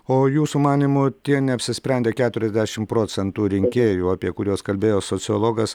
o jūsų manymu tie neapsisprendę keturiasdešimt procentų rinkėjų apie kuriuos kalbėjo sociologas